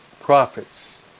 prophets